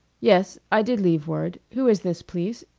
yes i did leave word. who is this, please.